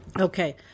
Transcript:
Okay